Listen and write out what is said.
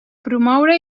promoure